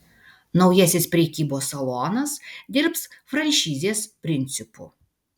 naujasis prekybos salonas dirbs franšizės principu